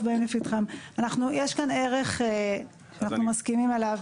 יש פה ערך שאנחנו מסכימים עליו,